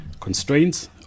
constraints